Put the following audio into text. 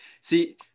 see